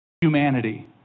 humanity